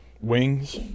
wings